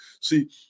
see